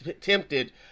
tempted